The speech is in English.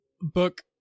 book